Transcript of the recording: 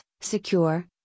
secure